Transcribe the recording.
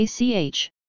ACH